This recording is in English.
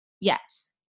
yes